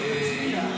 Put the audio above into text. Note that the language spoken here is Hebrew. כן.